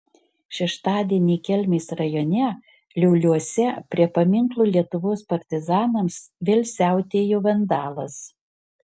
šeštadienį kelmės rajone lioliuose prie paminklo lietuvos partizanams vėl siautėjo vandalas